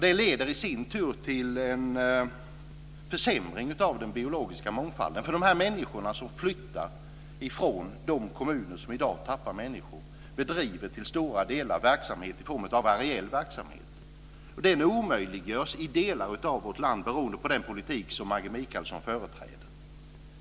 Det leder i sin tur till en försämring av den biologiska mångfalden, för de människor som flyttar från de kommuner som i dag tappar människor bedriver till stora delar areell verksamhet. Den biologiska mångfalden omöjliggörs i delar av vårt land beroende på den politik som Maggi Mikaelsson företräder.